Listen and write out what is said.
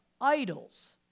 idols